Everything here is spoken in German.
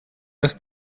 dass